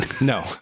No